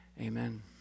Amen